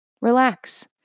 Relax